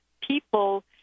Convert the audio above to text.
people